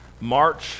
March